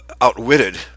outwitted